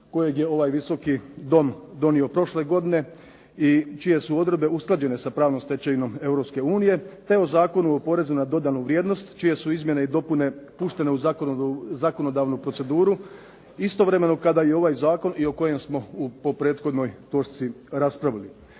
kojeg je ovaj Visoki dom donio prošle godine i čije su odredbe usklađene sa pravnom stečevinom Europske unije te o Zakonu o porezu na dodanu vrijednost čije su izmjene i dopune puštene u zakonodavnu proceduru istovremeno kada i ovaj zakon o kojem smo po prethodnoj točci raspravili.